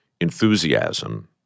enthusiasm